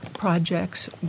Projects